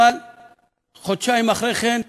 אבל חודשיים אחרי כן,